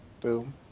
Boom